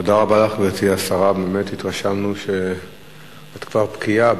תודה לך, גברתי השרה, באמת התרשמנו שאת כבר בקיאה.